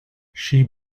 she